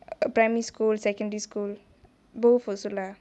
primary school secondary school both also lah